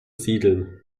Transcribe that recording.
siedeln